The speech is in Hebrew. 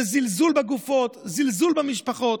זה זלזול בגופות, זלזול במשפחות.